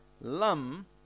lam